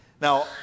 Now